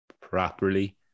properly